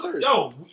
Yo